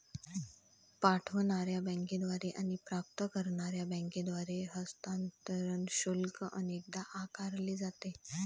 पाठवणार्या बँकेद्वारे आणि प्राप्त करणार्या बँकेद्वारे हस्तांतरण शुल्क अनेकदा आकारले जाते